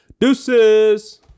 Deuces